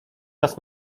raz